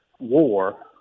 war